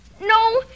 No